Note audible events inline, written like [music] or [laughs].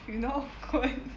if you not going [laughs]